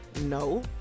no